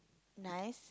nice